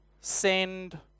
send